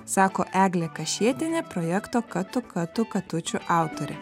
sako eglė kašėtienė projekto katu katu katučių autorė